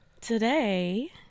today